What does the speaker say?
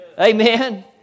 Amen